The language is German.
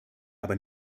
aber